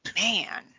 man